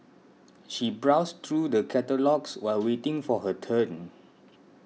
she browsed through the catalogues while waiting for her turn